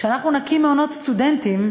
כשאנחנו נקים מעונות סטודנטים,